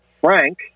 Frank